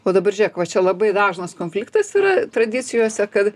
o dabar žiūrėk va čia labai dažnas konfliktas yra tradicijose kad